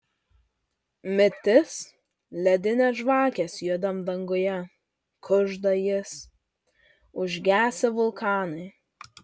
mirtis ledinės žvakės juodam danguje kužda jis užgesę vulkanai